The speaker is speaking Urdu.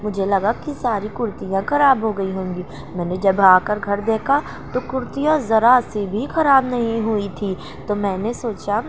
مجھے لگا کہ ساری کرتیاں خراب ہو گئی ہوں گی میں نے جب آ کر گھر دیکھا تو کرتیاں ذرا سی بھی خراب نہیں ہوئی تھیں تو میں نے سوچا